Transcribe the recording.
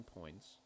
points